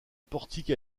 portique